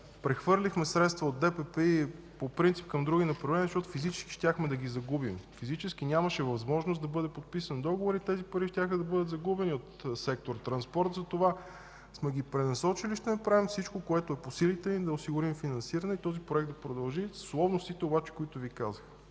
„Пристанищна инфраструктура” по принцип към други направления, защото физически щяхме да ги загубим. Физически нямаше възможност да бъде подписан договор и тези пари щяха да бъдат загубени от сектор „Транспорт”. Затова сме ги пренасочили. Ще направим всичко, което е по силите ни, да осигурим финансиране и този проект да продължи с условностите, които Ви казах.